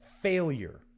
failure